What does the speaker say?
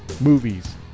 movies